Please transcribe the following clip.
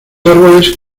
árboles